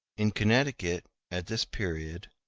in connecticut, at this period,